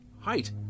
Height